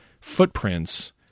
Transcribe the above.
footprints